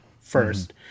first